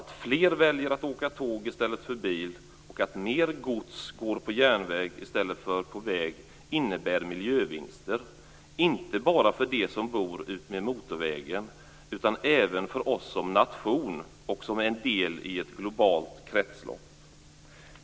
Att fler väljer att åka tåg i stället för bil, och att mer gods går på järnväg i stället för på väg, innebär miljövinster inte bara för dem som bor utmed motorvägen, utan även för oss som nation och som en del i ett globalt kretslopp.